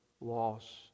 loss